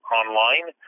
online